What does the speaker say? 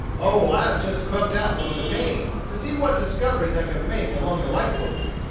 oh, i have just crept out from the cane, to see what discoveries i could make among the white folks.